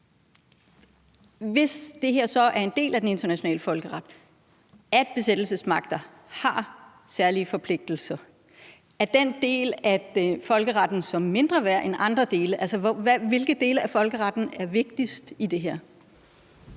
hvis det så er en del af den internationale folkeret, at besættelsesmagter har særlige forpligtelser, er den del af folkeretten så mindre værd end andre dele? Altså, hvilke dele af folkeretten er her